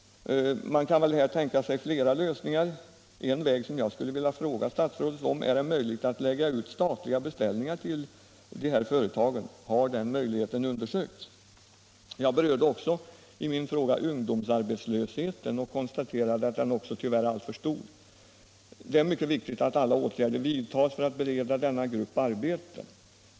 Man kan väl här tänka sig flera lösningar. En väg skulle jag vilja fråga statsrådet om: Är det möjligt att lägga ut statliga beställningar till de här företagen? Har den möjligheten undersökts? Jag berörde också i min fråga ungdomsarbetslösheten och konstaterade att den tyvärr är alltför stor. Det är mycket viktigt att alla åtgärder vidtas för att bereda denna grupp arbete.